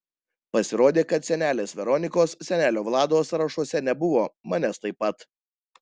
pasirodė kad senelės veronikos senelio vlado sąrašuose nebuvo manęs taip pat